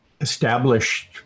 established